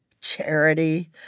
charity